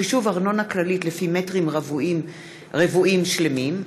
חישוב ארנונה כללית לפי מטרים רבועים שלמים),